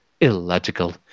Illogical